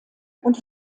und